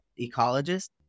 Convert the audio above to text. ecologist